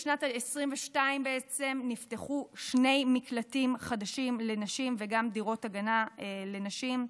בשנת 2022 נפתחו שני מקלטים חדשים לנשים וגם דירות הגנה לנשים,